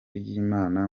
ry’imana